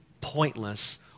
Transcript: pointless